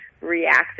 react